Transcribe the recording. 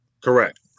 Correct